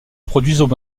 produisent